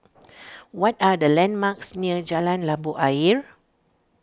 what are the landmarks near Jalan Labu Ayer